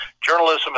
Journalism